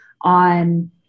on